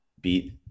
beat